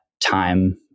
time